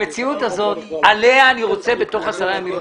המציאות הזאת, עליה אני רוצה תשובה בתוך 10 ימים.